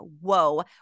whoa